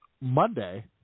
Monday